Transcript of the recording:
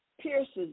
pierces